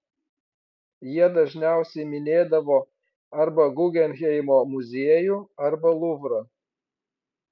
jie dažniausiai minėdavo arba guggenheimo muziejų arba luvrą